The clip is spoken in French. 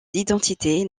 d’identité